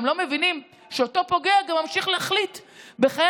הם לא מבינים שאותו פוגע גם ממשיך להחליט בחיי